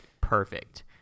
perfect